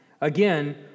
Again